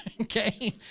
Okay